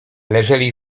leżeli